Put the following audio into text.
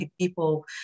people